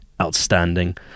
outstanding